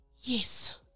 yes